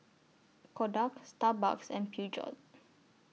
Kodak Starbucks and Peugeot